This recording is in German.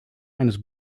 eines